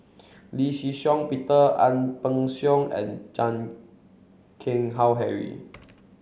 Lee Shih Shiong Peter Ang Peng Siong and Chan Keng Howe Harry